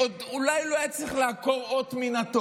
שאולי לא היה צריך לעקור אות מהתורה,